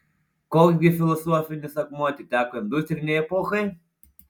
koks gi filosofinis akmuo atiteko industrinei epochai